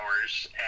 hours